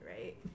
right